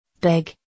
big